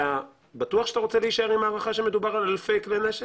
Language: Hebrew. אתה בטוח שאתה רוצה להישאר עם ההערכה שמדובר על אלפי כלי נשק?